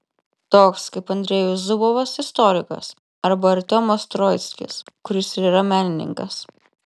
toks kaip andrejus zubovas istorikas arba artiomas troickis kuris ir yra menininkas